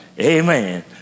Amen